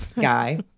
guy